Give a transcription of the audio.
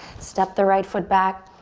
step the right foot back.